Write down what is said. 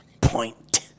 point